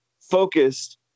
focused